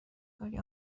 کاری